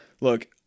Look